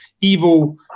evil